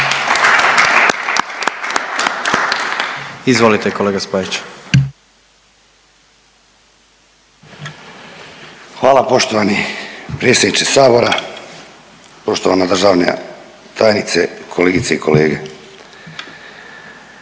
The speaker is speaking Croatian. Daniel (DP)** Hvala poštovani predsjedniče Sabora, poštovana državna tajnice, kolegice i kolege.